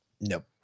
Nope